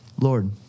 Lord